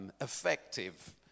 effective